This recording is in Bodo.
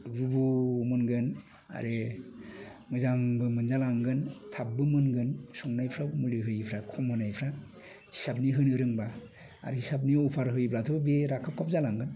रुबु मोनगोन आरो मोजांबो मोनजालांगोन थाबबो मोनगोन संनायफ्राव मुलि होयैफ्रा खम होनायफ्रा हिसाबनि होनो रोंब्ला आरो हिसाबनि अभार होयोब्लाथ' बे रााखाबखाब जालांगोन